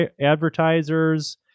advertisers